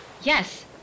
Yes